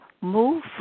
move